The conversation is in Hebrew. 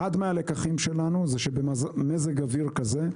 אחד מהלקחים שלנו זה שבמזג אוויר כזה,